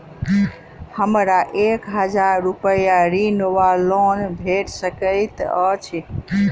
हमरा एक हजार रूपया ऋण वा लोन भेट सकैत अछि?